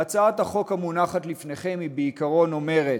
והצעת החוק המונחת לפניכם בעיקרון אומרת,